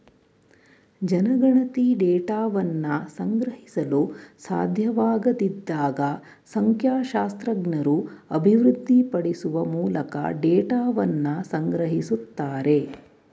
ಜನಗಣತಿ ಡೇಟಾವನ್ನ ಸಂಗ್ರಹಿಸಲು ಸಾಧ್ಯವಾಗದಿದ್ದಾಗ ಸಂಖ್ಯಾಶಾಸ್ತ್ರಜ್ಞರು ಅಭಿವೃದ್ಧಿಪಡಿಸುವ ಮೂಲಕ ಡೇಟಾವನ್ನ ಸಂಗ್ರಹಿಸುತ್ತಾರೆ